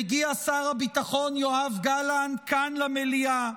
מגיע שר הביטחון יואב גלנט כאן למליאה,